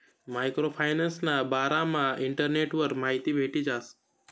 micro फायनान्सना बारामा इंटरनेटवर माहिती भेटी जास